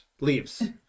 leaves